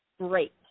great